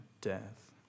death